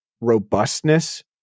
robustness